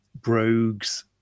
brogues